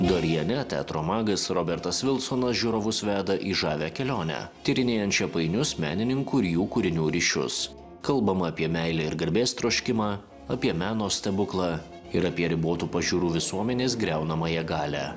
doriane teatro magas robertas vilsonas žiūrovus veda į žavią kelionę tyrinėjančią painius menininkų ir jų kūrinių ryšius kalbama apie meilę ir garbės troškimą apie meno stebuklą ir apie ribotų pažiūrų visuomenės griaunamąją galią